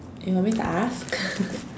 you want me to ask